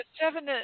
seven